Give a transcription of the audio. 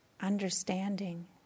understanding